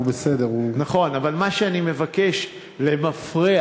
הוא בסדר, הוא, נכון, אבל מה שאני מבקש, למפרע.